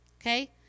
Okay